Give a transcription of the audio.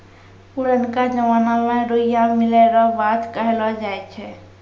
पुरनका जमाना मे रुइया मिलै रो बात कहलौ जाय छै